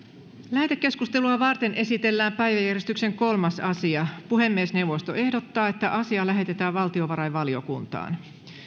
lähetekeskustelua varten esitellään päiväjärjestyksen kolmas asia puhemiesneuvosto ehdottaa että asia lähetetään valtiovarainvaliokuntaan